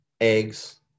eggs